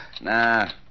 Nah